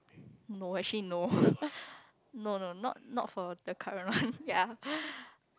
no actually no no no not not for the current one ya